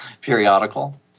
periodical